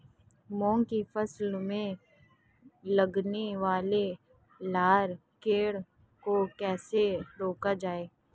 मूंग की फसल में लगने वाले लार कीट को कैसे रोका जाए?